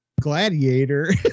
gladiator